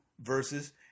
verses